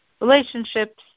relationships